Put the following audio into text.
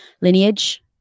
lineage